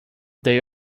they